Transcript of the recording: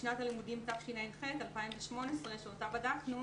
בשנת הלימודים תשע"ח-2018 אותה בדקנו